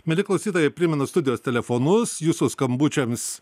mieli klausytojai primenu studijos telefonus jūsų skambučiams